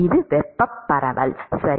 இது வெப்ப பரவல் சரி